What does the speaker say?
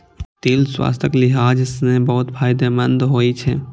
तिल स्वास्थ्यक लिहाज सं बहुत फायदेमंद होइ छै